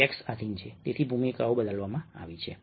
text આધીન છે તેથી ભૂમિકાઓ બદલવામાં આવી છે